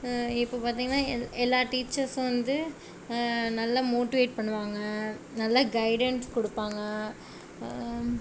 இப்போ பார்த்திங்னா எல் எல்லா டீச்சர்ஸும் வந்து நல்லா மோட்டிவேட் பண்ணுவாங்க நல்லா கைடன்ஸ் கொடுப்பாங்க